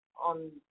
on